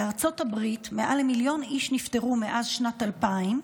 בארצות הברית מעל למיליון איש נפטרו מאז שנת 2000,